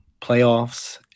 playoffs